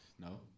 No